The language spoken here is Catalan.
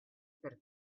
per